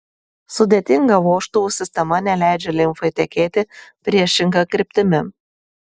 sudėtinga vožtuvų sistema neleidžia limfai tekėti priešinga kryptimi